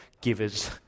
givers